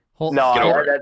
No